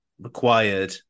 required